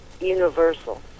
universal